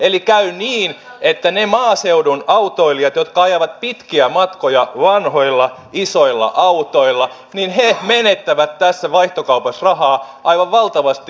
eli käy niin että ne maaseudun autoilijat jotka ajavat pitkiä matkoja vanhoilla isoilla autoilla menettävät tässä vaihtokaupassa rahaa aivan valtavasti